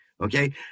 okay